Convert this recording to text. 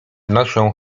noszę